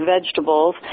vegetables